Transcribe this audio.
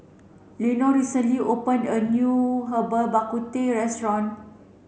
Leonor recently opened a new Herbal Bak Ku Teh restaurant